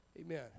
Amen